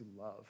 love